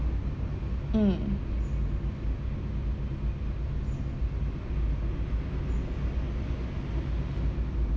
mm